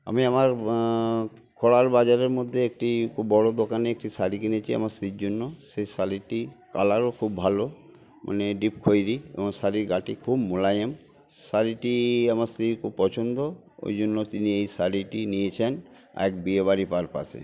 আমি আমার কড়ার বাজারের মধ্যে একটি খুব বড়ো দোকানে একটি শাড়ি কিনেছি আমার স্ত্রীর জন্য সেই শাড়িটির কালারও খুব ভালো মানে ডীপ খয়েরি এবং শাড়ির গাটি খুব মোলায়েম শাড়িটি আমার স্ত্রীর খুব পছন্দ ওই জন্য তিনি এই শাড়িটি নিয়েছেন এক বিয়েবাড়ি পারপাসে